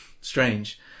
strange